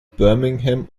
birmingham